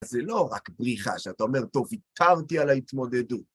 זה לא רק בריחה שאתה אומר, טוב, ויתרתי על ההתמודדות.